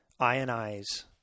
ionize